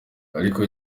ariko